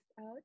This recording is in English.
out